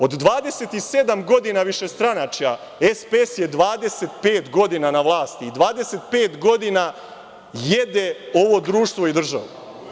Od 27 godina višestranačja, SPS je 25 godina na vlasti i 25 godina jede ovo društvo i državu.